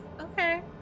Okay